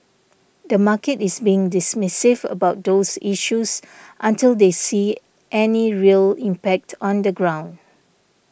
the market is being dismissive about those issues until they see any real impact on the ground